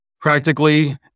Practically